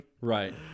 Right